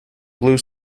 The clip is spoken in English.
blue